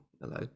hello